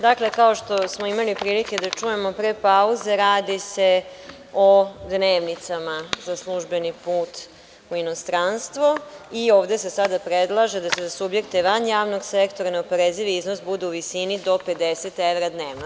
Dakle, kao što smo imali prilike da čujemo pre pauze, radi se o dnevnicama za službeni put u inostranstvo i ovde se sada predlaže da se za subjekte van javnog sektora, neoporezivi iznos bude u visini do 50 evra dnevno.